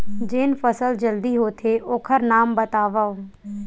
जेन फसल जल्दी होथे ओखर नाम बतावव?